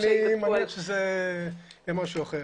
אני מניח שזה יהיה משהו אחר.